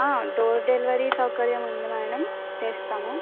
door delivery సౌకర్యం ఉంది madam తెస్తాము